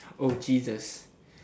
oh jesus